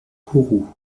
kourou